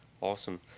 Awesome